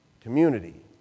community